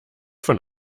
von